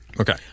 okay